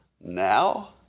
now